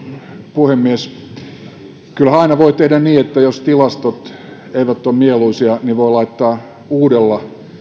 puhemies kyllähän aina voi tehdä niin että jos tilastot eivät ole mieluisia niin voi laittaa uudella